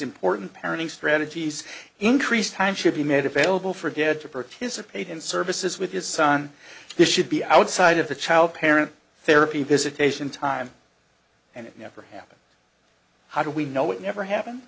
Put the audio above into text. important parenting strategies increase time should be made available for dad to participate in services with his son this should be outside of the child parent therapy visitation time and it never happens how do we know it never happen